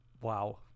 Wow